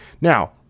Now